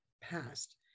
past